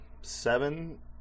Seven